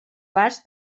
vas